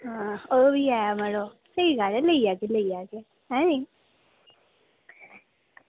आं ओह्बी ऐ मड़ो लेई जाह्गे लेई जाह्गे ऐनी